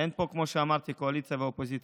כמו שאמרתי, אין פה קואליציה ואופוזיציה.